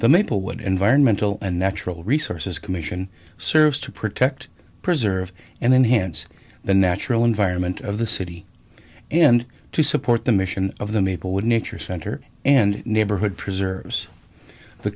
the maplewood environmental and natural resources commission serves to protect preserve and then hance the natural environment of the city and to support the mission of the maplewood nature center and neighborhood preserves the